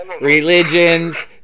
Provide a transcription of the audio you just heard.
religions